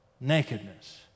nakedness